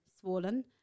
swollen